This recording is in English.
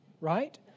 right